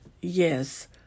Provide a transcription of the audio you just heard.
Yes